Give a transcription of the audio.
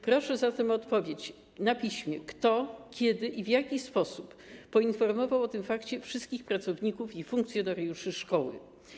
Proszę zatem o odpowiedź na piśmie, kto, kiedy i w jaki sposób poinformował o tym fakcie wszystkich pracowników i funkcjonariuszy szkoły.